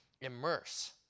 immerse